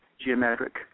geometric